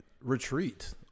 retreat